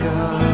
God